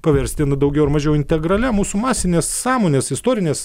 paversti nu daugiau ar mažiau integralia mūsų masinės sąmonės istorinės